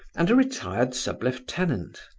and a retired sub-lieutenant.